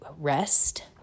rest